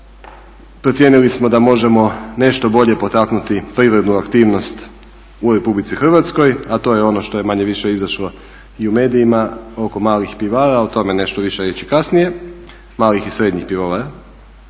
procijenili smo da možemo nešto bolje potaknuti privrednu aktivnost u RH, a to je ono što je manje-više izašlo i u medijima oko malih pivara, o tome ću nešto više reći kasnije, malih i srednjih pivovara,